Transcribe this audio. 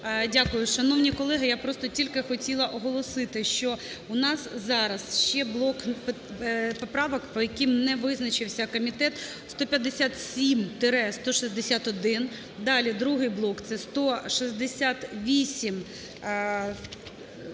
Дякую, шановні колеги. Я просто тільки хотіла оголосити, що у нас зараз ще блок поправок, по яким не визначився комітет, 157-161. Далі, другий блок – це 168…